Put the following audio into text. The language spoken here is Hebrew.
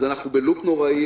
אז אנחנו ב-לוּפ נוראי.